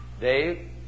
Dave